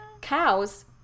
cows